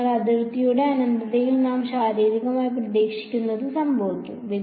അതിനാൽ അതിർത്തിയുടെ അനന്തതയിൽ നാം ശാരീരികമായി പ്രതീക്ഷിക്കുന്നത് സംഭവിക്കും